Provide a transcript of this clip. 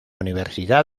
universidad